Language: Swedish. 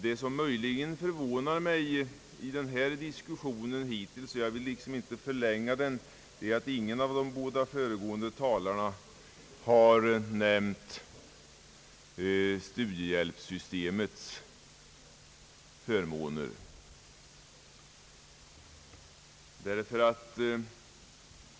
Det som möjligen förvånat mig i den hittills förda diskussionen är att ingen av de båda föregåenda talarna har nämnt studiehjälpssystemets förmåner.